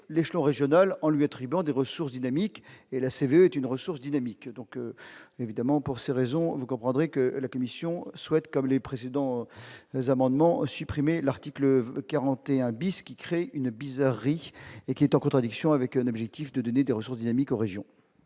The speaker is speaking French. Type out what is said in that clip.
l'échelon régional, en lui attribuant des ressources dynamiques et la est une ressource dynamique, donc évidemment pour ces raisons, vous comprendrez que la commission souhaite comme les présidents amendements supprimé l'article 41 bis qui crée une bizarrerie et qui est en contradiction avec un objectif de donner des ressources dynamiques en région